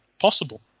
possible